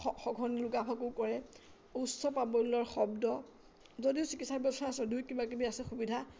সঘন লুকা ভাকু কৰে উচ্চ প্ৰাবল্যৰ শব্দ যদিও চিকিৎসা ব্যৱস্থা আছে যদিও কিবাকিবি আছে সুবিধা